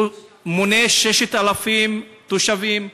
מונה 6,000 תושבים,